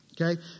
Okay